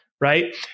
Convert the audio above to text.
right